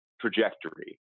trajectory